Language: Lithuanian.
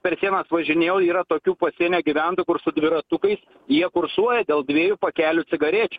per sienas važinėja o yra tokių pasienio gyventojų kur su dviratukais jie kursuoja dėl dviejų pakelių cigarečių